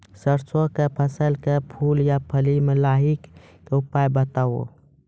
सरसों के फसल के फूल आ फली मे लाहीक के उपाय बताऊ?